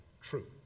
true